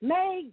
Meg